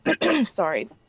Sorry